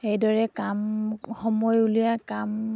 সেইদৰে কাম সময় উলিয়াই কাম